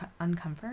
uncomfort